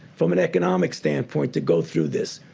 from an economic stand point the go through this.